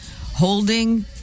holding